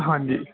ਹਾਂਜੀ